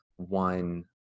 One